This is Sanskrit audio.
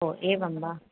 हो एवं वा